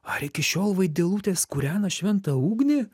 ar iki šiol vaidilutės kūrena šventą ugnį